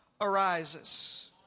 arises